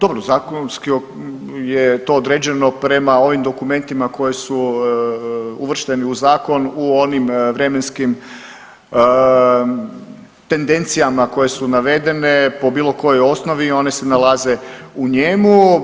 Dobro, zakonski je to određeno prema ovim dokumentima koji su uvršteni u zakon u onim vremenskim tendencijama koje su navedene po bilo kojoj osnovi i one se nalaze u njemu.